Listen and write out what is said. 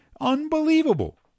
Unbelievable